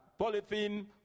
polythene